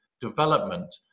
development